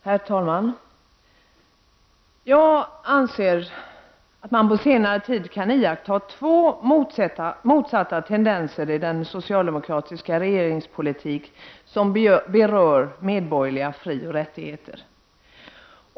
Herr talman! Jag anser att man på senare tid har kunnat iaktta två motsatta tendenser i den socialdemokratiska regeringspolitik som berör medborgerliga frioch rättigheter.